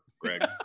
Greg